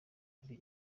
hari